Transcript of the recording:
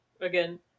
again